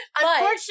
Unfortunately